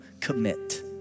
commit